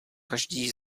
každý